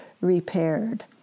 repaired